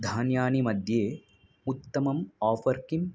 धान्यानाम्मध्ये उत्तमम् आफ़र् किम्